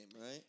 right